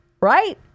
right